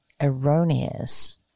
erroneous